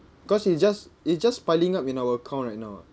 cause it's just it's just piling up in our account right now ah